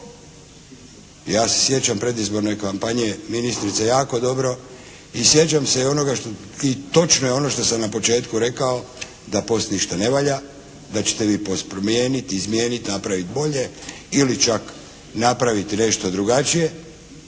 Ja se sjećam predizborne kampanje ministrice jako dobro i sjećam se onoga i točno je ono što sam na početku rekao da POS ništa ne valja, da ćete vi POS promijeniti, izmijeniti, napraviti bolje ili čak napraviti nešto drugačije